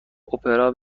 اپرا